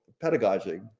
pedagogy